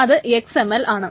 അത് XML ആണ്